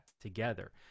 together